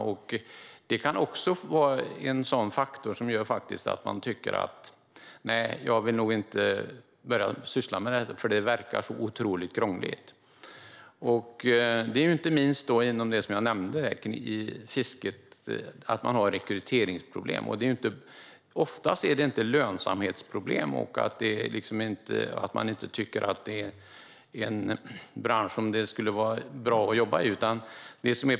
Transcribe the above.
Detta kan också vara en faktor som gör att man nog inte vill börja syssla med det här - det verkar så otroligt krångligt. Inte minst inom fisket finns det rekryteringsproblem. Oftast handlar det inte om lönsamhetsproblem eller att man inte tycker att det är en bransch som skulle vara bra att jobba i.